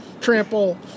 Trample